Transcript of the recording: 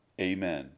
Amen